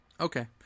Okay